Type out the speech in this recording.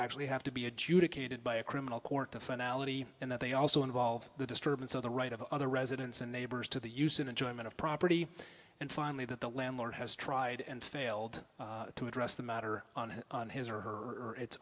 actually have to be adjudicated by a criminal court to finale and that they also involve the disturbance of the right of other residents and neighbors to the use and enjoyment of property and finally that the landlord has tried and failed to address the matter on his or her or its